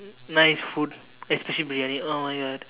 nice food especially briyani oh my god